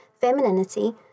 femininity